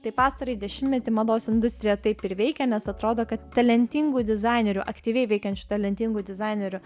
tai pastarąjį dešimtmetį mados industrija taip ir veikia nes atrodo kad talentingų dizainerių aktyviai veikiančių talentingų dizainerių